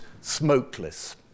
smokeless